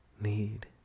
need